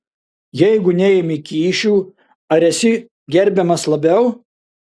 jeigu neimi kyšių ar esi gerbiamas labiau